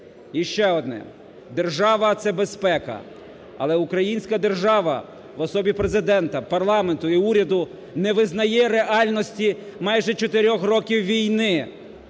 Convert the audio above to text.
І ще одне. Держава – це безпека, але українська держава в особі Президента, парламенту і уряду не визнає реальності, майже 4 років війни.